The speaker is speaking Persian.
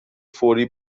فوری